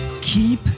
keep